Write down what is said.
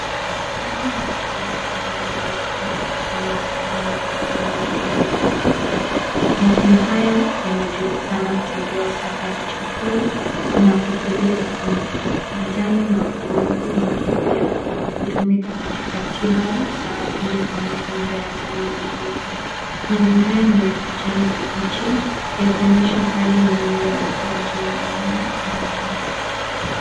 Mti wa mpapaya umesimama wima ukiwa na majani mapana na mapera mingi yanayoning'inia. Matunda haya yanajulikana kusaidia usagaji chakula na kutuliza tumbo. Majani na utumvu wake pia hutumika katika tiba za asili kwa magonjwa ya ndani na ngozi. Mazingira ni ya kijani kibichi yakionyesha hali nzuri ya ukuaji wa mimea ya dawa.